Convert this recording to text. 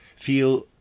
feel